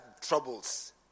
troubles